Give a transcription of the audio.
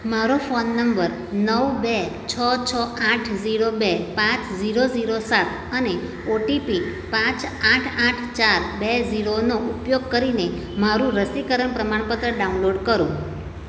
મારો phone number નવ બે છ છ આઠ જીરો બે પાંચ જીરો જીરો સાત અને ઓટીપી પાંચ આઠ આઠ ચાર બે જીરોનો ઉપયોગ કરીને મારું રસીકરણ પ્રમાણપત્ર ડાઉનલોડ કરો